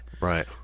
Right